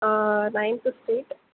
ninth street